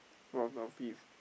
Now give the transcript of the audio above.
post office